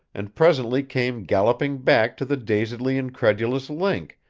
and presently came galloping back to the dazedly incredulous link,